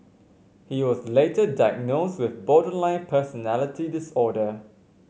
he was later diagnosed with borderline personality disorder